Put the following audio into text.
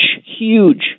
huge